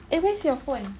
eh where's your phone